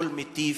כל מטיף,